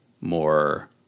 more